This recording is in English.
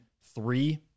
three